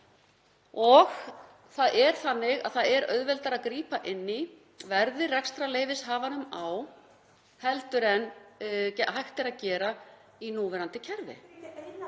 sem að þeim snúa. Það er auðveldara að grípa inn í, verði rekstrarleyfishafanum á, heldur en hægt er að gera í núverandi kerfi